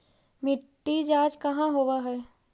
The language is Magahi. मिट्टी जाँच कहाँ होव है?